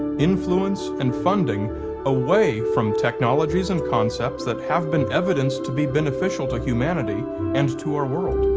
influence, and funding away from technologies and concepts that have been evidenced to be beneficial to humanity and to our world.